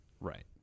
Right